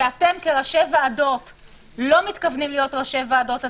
שאתם כראשי ועדות לא מתכוונים להיות ראשי ועדות עצמאים,